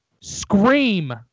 scream